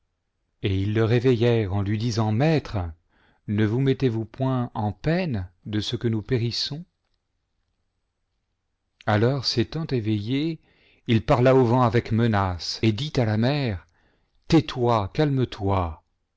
et ils le réveillèrent en lui disant maître ne vous mettez-vous point en peine de ce que nous périssons alors s'étant éveillé il parla au vent avec menaces et dit à la mer tais toi calmetoi